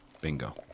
Bingo